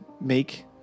make